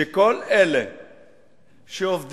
שכל אלה שעובדים,